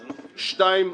שתיים,